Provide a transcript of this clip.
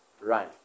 Run